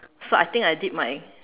so I think I did my